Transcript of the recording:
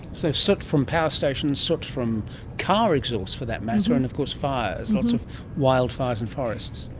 so soot from power stations, soot from car exhaust for that matter, and of course fires, lots of wild fires in forests.